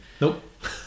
nope